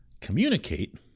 communicate